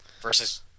versus